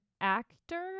actor